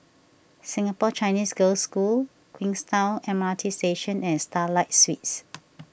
Singapore Chinese Girls' School Queenstown M R T Station and Starlight Suites